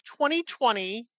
2020